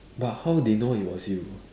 but how they know it was you